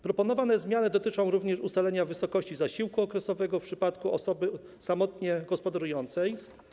Proponowane zmiany dotyczą również ustalenia wysokości zasiłku okresowego w przypadku osoby samotnie gospodarującej.